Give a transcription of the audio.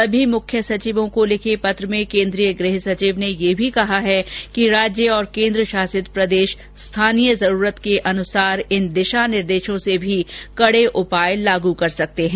सभी मुख्य सचिवों को लिखे ैपत्र में केंद्रीय गृह सचिव ने ये भी कहा कि राज्य और केंद्र शासित प्रदेश स्थानीय जरूरतों के अनुसार इन दिशा निर्देशों से भी कड़े उपाय लागू कर सकते हैं